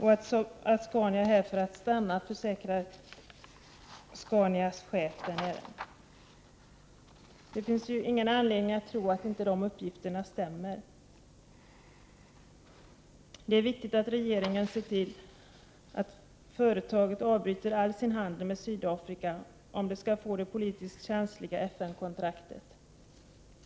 Saab-Scania är här för att stanna, försäkrar bolagets chef där nere. Det finns ingen anledning att tro att dessa uppgifter inte stämmer. Det är viktigt att regeringen ser till att företaget avbryter all sin handel med Sydafrika om företaget skall kunna få det politiskt känsliga FN-kontraktet.